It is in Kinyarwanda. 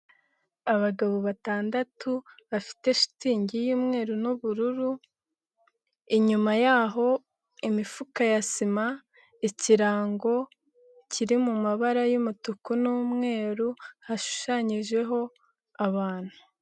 Abagabo batandatu bafite shitingi y'umweru n'ubururu, inyuma yaho imifuka ya sima, ikirango kiri mu mabara y'umutuku n'umweru hashushanyijeho abantu.